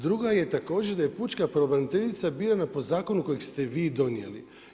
Druga je također da je pučka pravobraniteljica birana po zakonu kojeg ste vi donijeli.